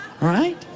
right